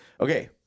Okay